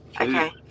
Okay